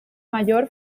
mayor